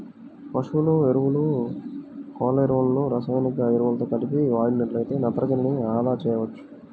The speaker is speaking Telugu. పశువుల ఎరువు, కోళ్ళ ఎరువులను రసాయనిక ఎరువులతో కలిపి వాడినట్లయితే నత్రజనిని అదా చేయవచ్చు